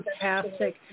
fantastic